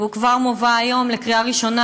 והוא כבר מובא היום לקריאה ראשונה,